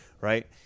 right